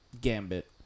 Gambit